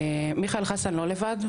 מיכאל חסן לא לבד,